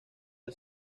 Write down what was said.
del